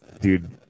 Dude